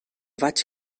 vaig